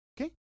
Okay